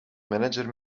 manager